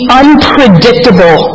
unpredictable